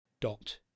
dot